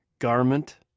Garment